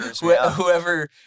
whoever